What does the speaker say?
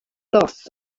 thus